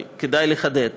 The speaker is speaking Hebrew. אבל כדאי לחדד.